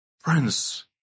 Friends